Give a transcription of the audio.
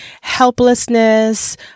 helplessness